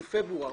מפברואר.